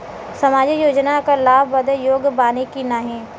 सामाजिक योजना क लाभ बदे योग्य बानी की नाही?